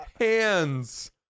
hands